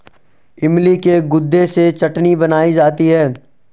इमली के गुदे से चटनी बनाई जाती है